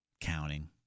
counting